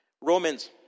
Romans